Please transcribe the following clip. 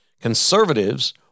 Conservatives